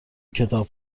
کتاب